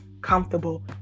comfortable